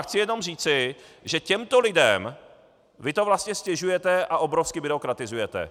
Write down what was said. Chci jenom říci, že těmto lidem to vlastně ztěžujete a obrovsky byrokratizujete.